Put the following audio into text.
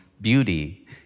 beauty